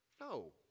No